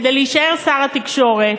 כדי להישאר שר התקשורת,